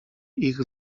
ich